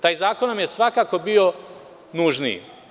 Taj zakon nam je svakako bio nužniji.